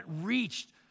reached